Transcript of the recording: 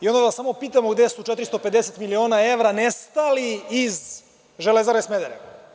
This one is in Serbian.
Onda vas samo pitamo gde su 450 miliona evra nestali iz „Železare Smederevo“